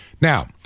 Now